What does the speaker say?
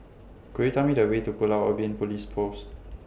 Could YOU Tell Me The Way to Pulau Ubin Police Post